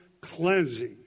cleansing